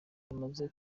rumaze